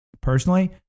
personally